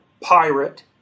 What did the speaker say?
pirate